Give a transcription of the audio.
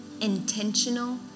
intentional